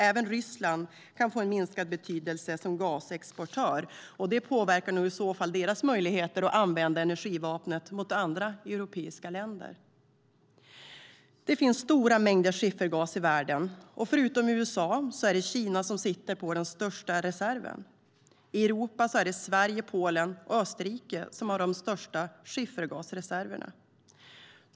Även Ryssland kan få minskad betydelse som gasexportör, vilket nog i så fall påverkar deras möjligheter att använda energivapnet mot andra europeiska länder. Det finns stora mängder skiffergas i världen. Utom USA är det Kina som sitter på den största reserven. I Europa har Sverige, Polen och Österrike de största skiffergasreserverna.